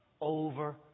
over